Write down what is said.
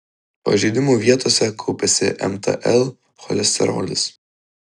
pažeidimų vietose kaupiasi mtl cholesterolis